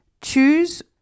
Choose